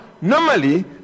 normally